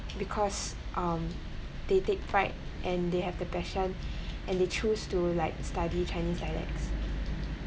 because um they take part and they have the passion and they choose to like study chinese dialects